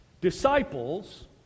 Disciples